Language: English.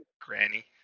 granny